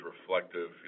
reflective